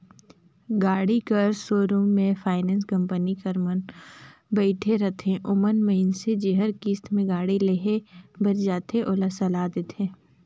गाड़ी कर सोरुम में फाइनेंस कंपनी कर मन बइठे रहथें ओमन मइनसे जेहर किस्त में गाड़ी लेहे बर जाथे ओला सलाह देथे